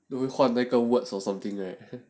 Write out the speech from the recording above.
都会换那个 words or something right